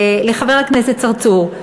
לחבר הכנסת צרצור,